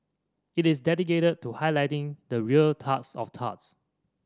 it is dedicated to highlighting the real turds of turds